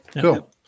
Cool